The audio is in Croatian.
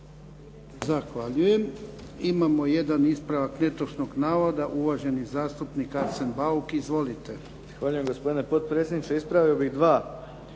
Zahvaljujem. Imamo jedan ispravak netočnog navoda. Uvaženi zastupnik Arsen Bauk. Izvolite.